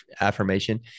affirmation